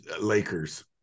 Lakers